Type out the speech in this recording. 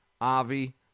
Avi